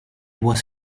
was